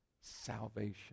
salvation